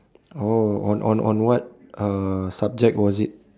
or on on on what uh subject was it